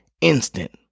Instant